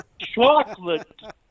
chocolate